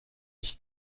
ich